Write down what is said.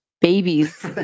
babies